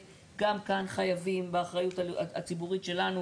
בבריאות הציבור ובשמירה על